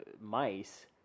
mice